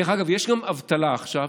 דרך אגב, יש גם אבטלה עכשיו.